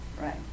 Right